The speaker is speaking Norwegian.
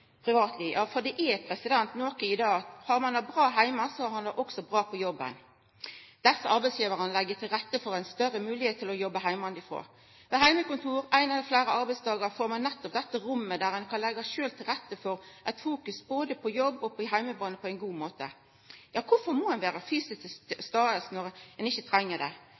Det er noko i det at har ein det bra heime, så har ein det også bra på jobben. Desse arbeidsgivarane legg til rette for ei større moglegheit til å jobba heimanfrå. Med heimekontor ein eller fleire arbeidsdagar får ein nettopp det rommet der ein sjølv kan leggja til rette for å fokusera på både jobb og heimebane på ein god måte. Kvifor må ein vera fysisk til stades når ein ikkje treng det?